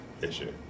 issue